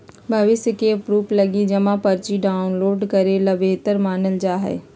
भविष्य के प्रूफ लगी जमा पर्ची डाउनलोड करे ल बेहतर मानल जा हय